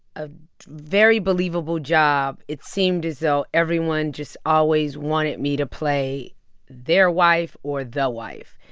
a very believable job. it seemed as though everyone just always wanted me to play their wife or the wife.